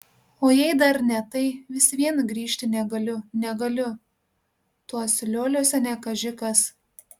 o jei dar ne tai vis vien grįžti negaliu negaliu tuos lioliuose ne kaži kas